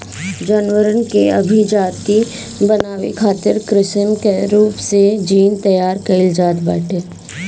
जानवर के अभिजाति बनावे खातिर कृत्रिम रूप से जीन तैयार कईल जात बाटे